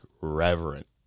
Reverent